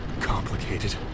complicated